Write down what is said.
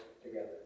Together